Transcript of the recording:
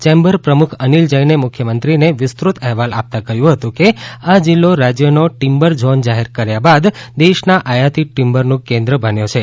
chamber પ્રમુખ અનિલ જૈને મુખ્યમંત્રીને વિસ્તૃત અહેવાલ આપતાં કહ્યું હતું કે આ જિલ્લો રાજ્યોનો ટિમ્બર ઝોન જાહેર કર્યા બાદ દેશના આયાતી ટિમ્બરન્ કેન્દ્ર બન્યો છે